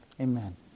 amen